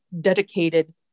dedicated